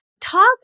talk